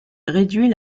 réduit